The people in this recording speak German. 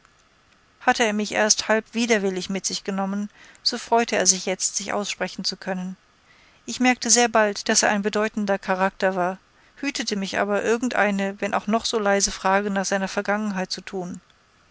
hatte er mich erst halb widerwillig mit sich genommen so freute er sich jetzt sich aussprechen zu können ich merkte sehr bald daß er ein bedeutender charakter war hütete mich aber irgend eine wenn auch noch so leise frage nach seiner vergangenheit zu tun